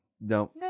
no